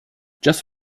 just